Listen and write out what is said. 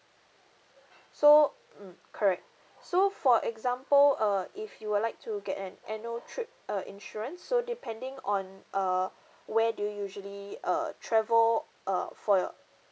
so mm correct so for example uh if you would like to get an annual trip uh insurance so depending on err where do you usually uh travel uh for your